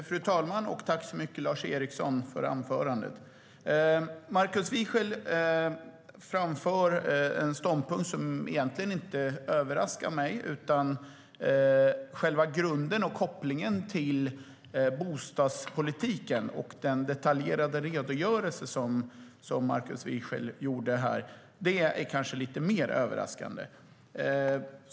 Fru talman! Jag tackar Lars Eriksson för hans anförande. Markus Wiechel framför en ståndpunkt som egentligen inte överraskar mig. Själva grunden och kopplingen till bostadspolitiken och den detaljerade redogörelse som han gjorde här är kanske lite mer överraskande.